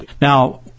Now